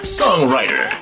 songwriter